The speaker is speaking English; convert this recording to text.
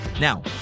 Now